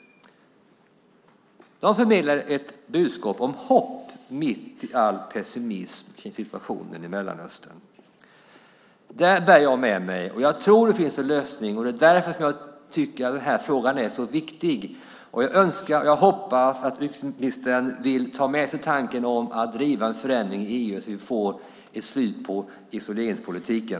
De förmedlade ett budskap om hopp mitt i all pessimism om situationen i Mellanöstern. Det bär jag med mig. Jag tror att det finns en lösning, och det är därför jag tycker att den här frågan är så viktig. Jag hoppas att utrikesministern vill ta med sig tanken om att driva igenom en förändring i EU, så att vi får ett slut på isoleringspolitiken.